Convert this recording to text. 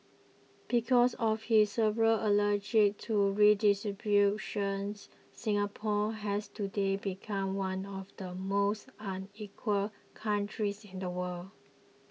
because of his several allergy to redistribution's Singapore has today become one of the most unequal countries in the world